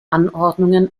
anordnungen